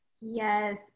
Yes